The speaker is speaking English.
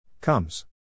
Comes